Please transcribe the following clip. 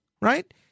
right